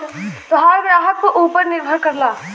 तोहार ग्राहक ऊपर निर्भर करला